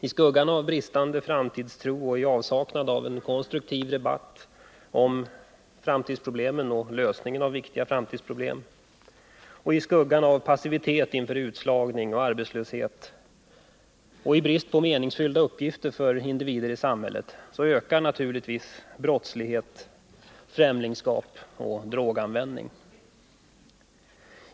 I skuggan av bristande framtidstro, i avsaknad av en konstruktiv debatt om lösningen av viktiga framtidsproblem, i skuggan av passivitet inför utslagning och arbetslöshet och i brist på meningsfulla uppgifter för individerna i samhället ökar naturligtvis brottslighet, främlingskap och droganvändning.